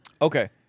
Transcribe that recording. Okay